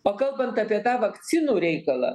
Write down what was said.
o kalbant apie tą vakcinų reikalą